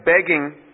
begging